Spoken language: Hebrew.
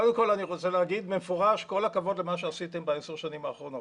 אני רוצה קודם כל לומר במפורש כל הכבוד למה שעשיתם ב-10 השנים האחרונות.